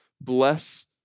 Bless